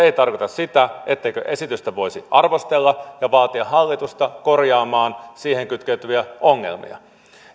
ei tarkoita sitä etteikö esitystä voisi arvostella ja vaatia hallitusta korjaamaan siihen kytkeytyviä ongelmia